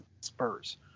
Spurs